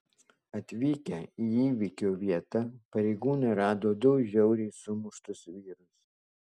atvykę į įvykio vietą pareigūnai rado du žiauriai sumuštus vyrus